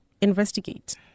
investigate